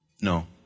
No